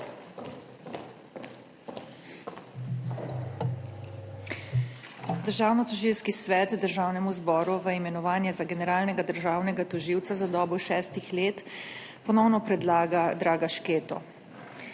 Državnotožilski svet Državnemu zboru v imenovanje za generalnega državnega tožilca za dobo šestih let ponovno predlaga Draga Šketo.